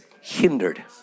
Hindered